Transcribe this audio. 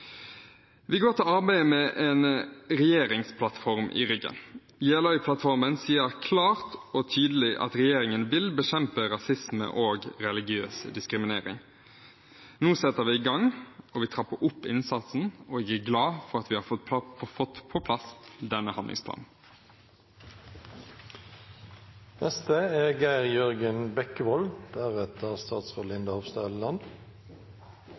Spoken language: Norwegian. Vi går til arbeidet med en regjeringsplattform i ryggen. Jeløya-plattformen sier klart og tydelig at regjeringen vil bekjempe rasisme og religiøs diskriminering. Nå setter vi i gang, og vi trapper opp innsatsen. Jeg er glad for at vi har fått på plass denne